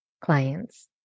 clients